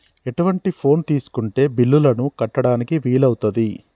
ఎటువంటి ఫోన్ తీసుకుంటే బిల్లులను కట్టడానికి వీలవుతది?